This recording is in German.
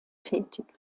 tätig